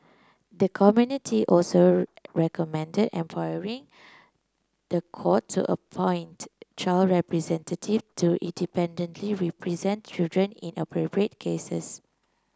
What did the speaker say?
the committee also recommended empowering the court to appoint child representative to independently represent children in appropriate cases